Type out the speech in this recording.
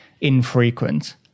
infrequent